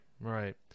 right